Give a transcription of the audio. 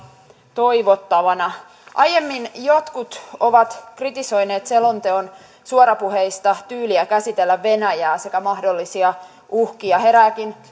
toivottavana aiemmin jotkut ovat kritisoineet selonteon suorapuheista tyyliä käsitellä venäjää sekä mahdollisia uhkia herääkin